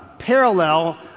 parallel